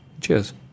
Cheers